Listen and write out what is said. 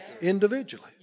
individually